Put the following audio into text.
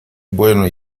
bueno